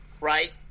right